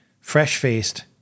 fresh-faced